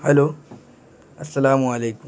hello السلام علیکم